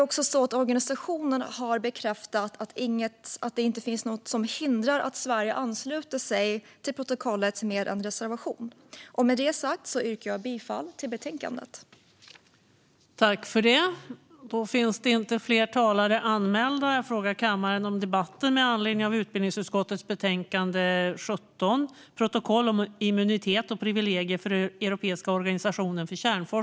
Organisationen har bekräftat att inget hindrar att Sverige ansluter sig till protokollet med en reservation. Med detta sagt yrkar jag bifall till utskottets förslag.